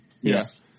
Yes